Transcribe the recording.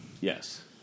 Yes